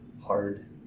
hard